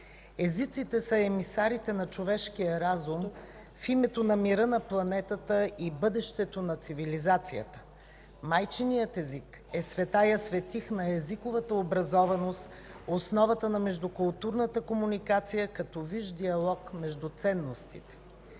Езиците са емисарите на човешкия разум в името на мира на планетата и бъдещето на цивилизацията. Майчиният език е Светая Светих на езиковата образованост, основата на междукултурната комуникация като висш диалог между ценностите.